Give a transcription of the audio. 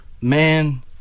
man